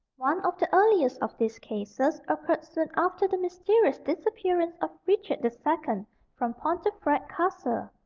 one of the earliest of these cases occurred soon after the mysterious disappearance of richard the second from pontefract castle.